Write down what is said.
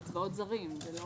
בצבאות זרים.